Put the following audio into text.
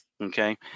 okay